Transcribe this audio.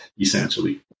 essentially